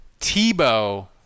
Tebow